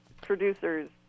producers